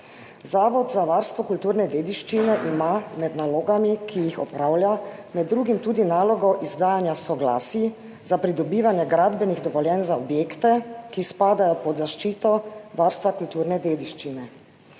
Zavod za varstvo kulturne dediščine ima med nalogami, ki jih opravlja, med drugim tudi nalogo izdajanja soglasij za pridobivanje gradbenih dovoljenj za objekte, ki spadajo pod zaščito varstva kulturne dediščine.